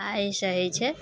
आओर अइसँ हइ छै